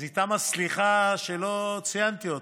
אז איתם הסליחה שלא ציינתי אותם.